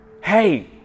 Hey